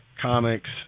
comics